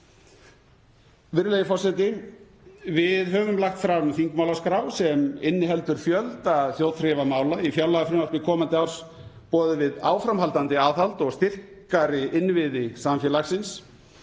Virðulegur forseti. Við höfum lagt fram þingmálaskrá sem inniheldur fjölda þjóðþrifamála. Í fjárlagafrumvarpi komandi árs boðum við áframhaldandi aðhald og styrkari innviði samfélagsins.